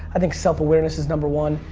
i think self-awareness is number one.